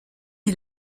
est